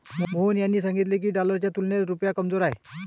मोहन यांनी सांगितले की, डॉलरच्या तुलनेत रुपया कमजोर आहे